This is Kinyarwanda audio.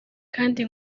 kandi